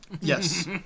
yes